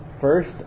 First